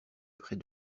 près